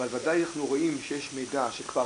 אבל ודאי אנחנו רואים שיש מידע שכבר